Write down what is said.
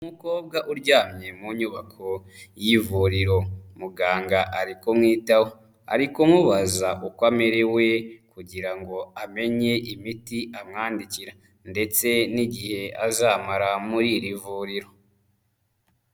Umukobwa uryamye mu nyubako y'ivuriro, muganga ari kumwitaho ari kumubaza uko amerewe kugira ngo amenye imiti amwandikira ndetse n'igihe azamara muri iri vuriro.